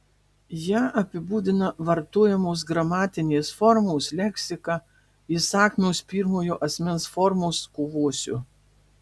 ją apibūdina vartojamos gramatinės formos leksika įsakmios pirmojo asmens formos kovosiu